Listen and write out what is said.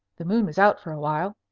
the moon was out for a while,